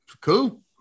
Cool